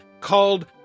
called